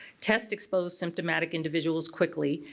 test exposed symptomatic individuals quickly,